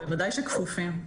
בוודאי שכפופים.